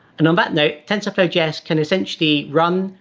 and on that note, tensorflow js can essentially run,